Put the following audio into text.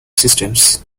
systems